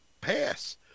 pass